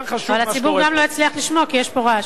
אבל הציבור לא יצליח לשמוע, כי יש פה רעש.